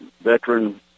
veteran